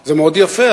זה מאוד יפה,